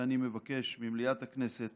ואני מבקש ממליאת הכנסת